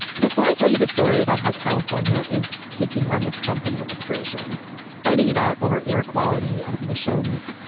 before i tell you the story about how california is taking on the trump administration fighting it out over air quality and emissions